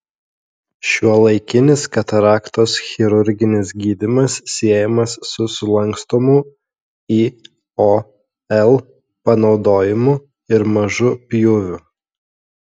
šiuolaikinis kataraktos chirurginis gydymas siejamas su sulankstomų iol panaudojimu ir mažu pjūviu